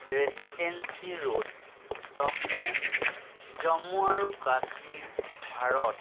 residency road Jammu Jammu আৰু কাশ্মীৰ ভাৰত